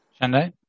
Shandai